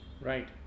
Right